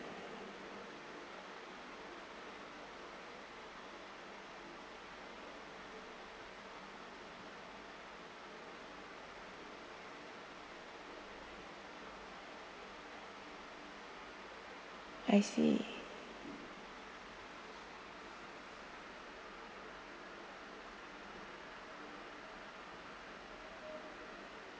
I see